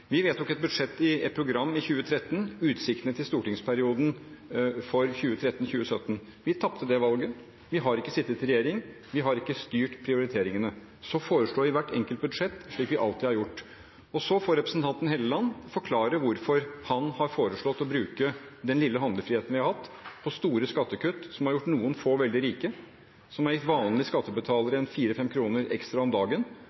Vi vedtok et budsjett, et program i 2013 – utsiktene til stortingsperioden for 2013–2017. Vi tapte det valget. Vi har ikke sittet i regjering. Vi har ikke styrt prioriteringene. Så har vi forslag til hvert enkelt budsjett, slik vi alltid har hatt. Så får representanten Helleland forklare hvorfor han har foreslått å bruke den lille handlefriheten vi har hatt, til store skattekutt, som har gjort noen få veldig rike, og som har gitt vanlige skattebetalere 4–5 kr ekstra om dagen,